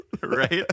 Right